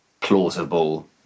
plausible